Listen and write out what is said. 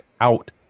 out